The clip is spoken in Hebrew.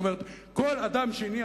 כלומר כל אדם שני,